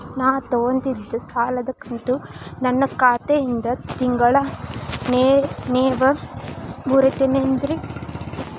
ನಾ ತೊಗೊಂಡಿದ್ದ ಸಾಲದ ಕಂತು ನನ್ನ ಖಾತೆಯಿಂದ ತಿಂಗಳಾ ನೇವ್ ಮುರೇತೇರೇನ್ರೇ?